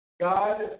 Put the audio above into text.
God